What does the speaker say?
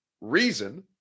reason